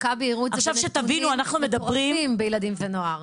מכבי הראו את זה בנתונים מטורפים בילדים ונוער.